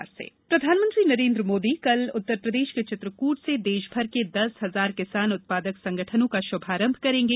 किसान उत्पादक संगठन प्रधानमंत्री नरेन्द्र मोदी कल उत्तरप्रदेश के चित्रकूट से देशभर के दस हजार किसान उत्पादक संगठनों का शुभारंभ करेंगे